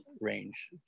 range